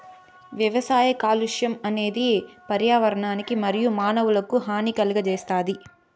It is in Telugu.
వ్యవసాయ కాలుష్యం అనేది పర్యావరణానికి మరియు మానవులకు హాని కలుగజేస్తాది